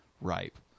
ripe